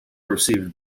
received